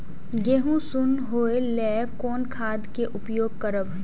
गेहूँ सुन होय लेल कोन खाद के उपयोग करब?